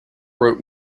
wrote